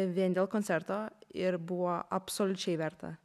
vien dėl koncerto ir buvo absoliučiai verta